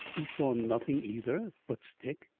he saw nothing either but stick.